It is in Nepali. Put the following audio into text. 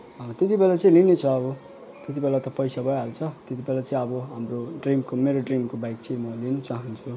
अँ त्यति बेला चाहिँ लिनेछु अब त्यति बेला त पैसा भइहाल्छ त्यति बेला चाहिँ अब हाम्रो ड्रिमको मेरो ड्रिमको बाइक चाहिँ म लिनु चाहन्छु